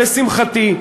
לשמחתי,